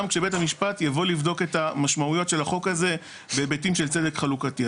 כשבית המשפט יבוא לבדוק את המשמעויות של החוק הזה בהיבטים של צדק חלוקתי.